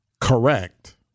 correct